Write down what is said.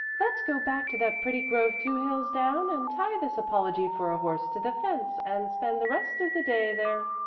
let's go back to that pretty grove two hills down and tie this apology for a horse to the fence and spend the rest of the day there,